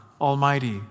Almighty